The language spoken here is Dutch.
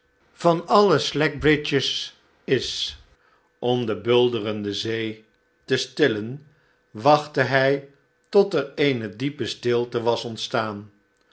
van alle slackbridge's is om de bulderende zee te stillen wachtte hij tot er eene diepe stilte was ontstaan